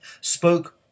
spoke